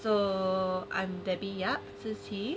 so I'm debbie yap si qi